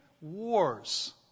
wars